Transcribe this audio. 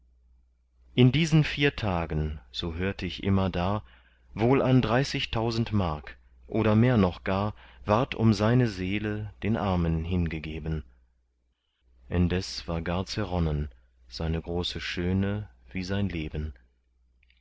in diesen vier tagen so hört ich immerdar wohl an dreißigtausend mark oder mehr noch gar ward um seine seele den armen hingegeben indes war gar zerronnen seine große schöne wie sein leben